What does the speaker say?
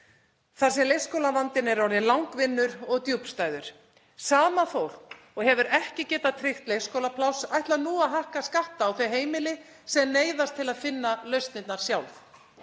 sem leikskólavandinn er orðinn langvinnur og djúpstæður. Sama fólk og hefur ekki getað tryggt leikskólapláss ætlar nú að hækka skatta á þau heimili sem neyðast til að finna lausnirnar sjálf.